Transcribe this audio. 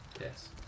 Yes